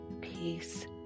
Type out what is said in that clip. peace